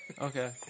Okay